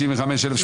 רוויזיה מס' 92,